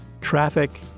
Traffic